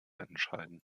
entscheiden